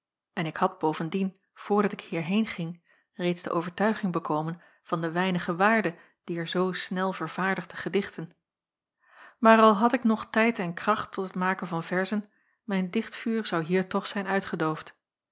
en ik had bovendien voordat ik hierheen ging reeds de overtuiging bekomen van de weinige waarde dier zoo snel vervaardigde gedichten maar al had ik nog tijd en kracht tot het maken van verzen mijn dichtvuur zou hier toch zijn uitgedoofd